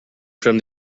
from